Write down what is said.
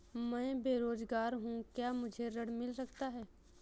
मैं बेरोजगार हूँ क्या मुझे ऋण मिल सकता है?